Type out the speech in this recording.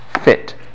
fit